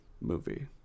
movie